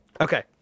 Okay